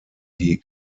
die